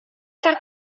sefyll